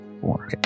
Four